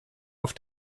auf